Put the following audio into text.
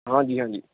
ਹਾਂਜੀ ਹਾਂਜੀ